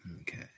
Okay